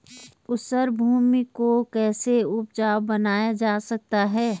ऊसर भूमि को कैसे उपजाऊ बनाया जा सकता है?